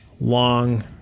long